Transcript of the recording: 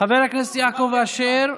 חבר הכנסת יעקב אשר,